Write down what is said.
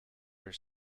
are